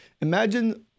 Imagine